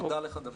תודה לך דויד.